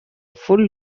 full